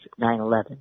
9-11